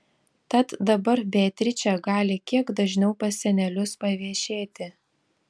tad dabar beatričė gali kiek dažniau pas senelius paviešėti